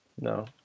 No